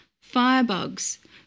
Firebugs